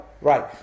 Right